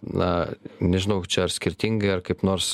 na nežinau ar skirtingai ar kaip nors